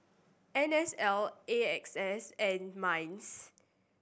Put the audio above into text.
N S L A X S and MINDS